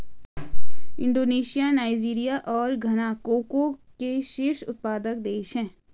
Indonesia Nigeria और Ghana cocoa के शीर्ष उत्पादक देश हैं